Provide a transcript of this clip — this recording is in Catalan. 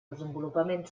desenvolupament